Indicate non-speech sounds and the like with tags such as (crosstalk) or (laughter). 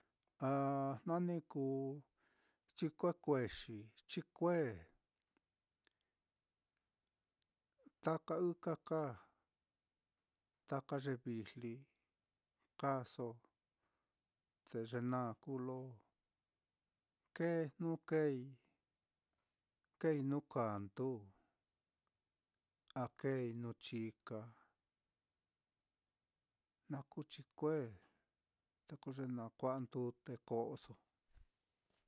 Ah jna ni kuu chikue kuexi, chikue, (hesitation) taka ɨkaka taka ye vijli kaaso, te ye naá kuu lo kēē jnu kēēi, kēēi nuu kandu a kēēi nuu chika, jna kuu chikue, te ko ye na kua'a ndute ko'oso.